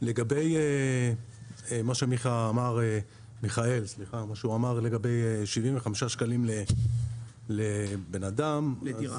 לגבי מה שמיכאל אמר, לגבי 75 שקלים לבן אדם, אז